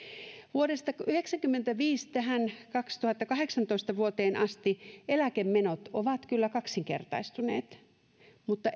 vuodesta yhdeksänkymmentäviisi vuoteen kaksituhattakahdeksantoista asti eläkemenot ovat kyllä kaksinkertaistuneet mutta